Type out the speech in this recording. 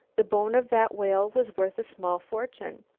the bone of that whale was worth a small fortune.